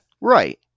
Right